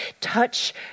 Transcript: touch